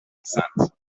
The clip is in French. enceinte